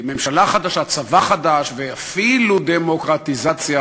ממשלה חדשה, צבא חדש, ואפילו דמוקרטיזציה